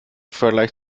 vergleich